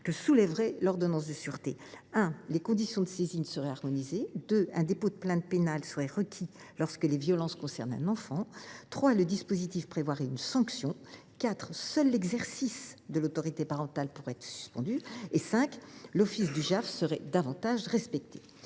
que soulèverait l’ordonnance de sûreté : les conditions de saisine seraient harmonisées ; un dépôt de plainte pénale serait requis lorsque les violences concernent un enfant ; le dispositif prévoirait une sanction ; seul l’exercice de l’autorité parentale pourrait être suspendu ; l’office du JAF serait mieux respecté.